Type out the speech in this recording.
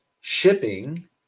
Shipping